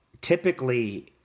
typically